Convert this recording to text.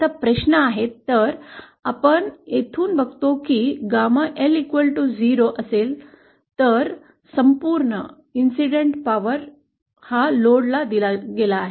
आता प्रश्न आहे तर आम्ही येथून बघतो की ℾL 0 च्या बरोबरीचा आहे तर संपूर्ण घटना शक्ती लोडवर दिली गेली आहे